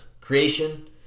Creation